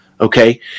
Okay